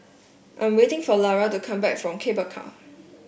I'm waiting for Lara to come back from Cable Car